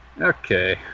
Okay